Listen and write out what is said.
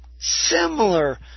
similar